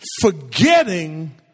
Forgetting